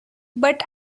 but